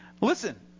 Listen